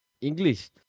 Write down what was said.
English